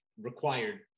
required